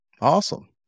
Awesome